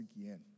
again